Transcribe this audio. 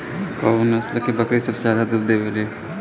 कउन नस्ल के बकरी सबसे ज्यादा दूध देवे लें?